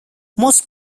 most